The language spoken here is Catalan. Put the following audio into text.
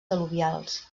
al·luvials